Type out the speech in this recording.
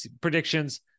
predictions